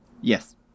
Yes